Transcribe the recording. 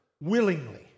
willingly